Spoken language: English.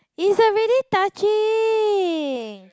it's already touching